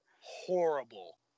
horrible